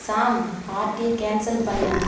சாம் பார்ட்டியை கேன்சல் பண்ணு